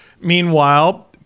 Meanwhile